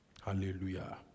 Hallelujah